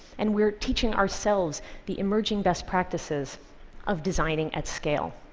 and we are teaching ourselves the emerging best practices of designing at scale,